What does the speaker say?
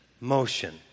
motion